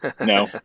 No